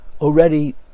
already